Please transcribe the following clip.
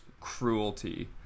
cruelty